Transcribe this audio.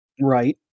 Right